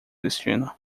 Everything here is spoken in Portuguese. destino